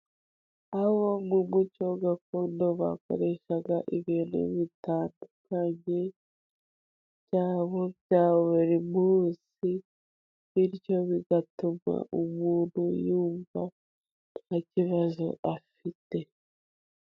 Abo mu muco gakondo bakoresha ibintu bitandukanye bya bo bya buri munsi, bityo bigatuma umuntu yumva nta kibazo afite.